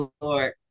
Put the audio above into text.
Lord